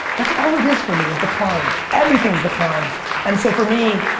that's all it is for me is the climb. everything's the climb and so, for me,